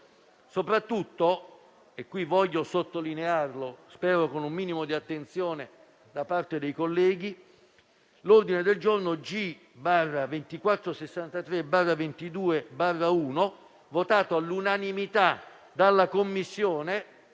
soprattutto - e qui voglio sottolinearlo, spero con un minimo di attenzione da parte dei colleghi - l'ordine del giorno G/2463/22/1, votato all'unanimità dalla Commissione,